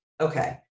Okay